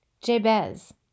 Jabez